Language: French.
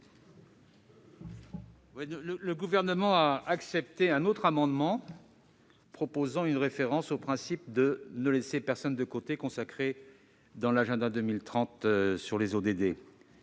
Le Gouvernement a accepté un autre amendement tendant à introduire une référence au principe « ne laisser personne de côté » consacré dans l'agenda 2030 fixant les ODD.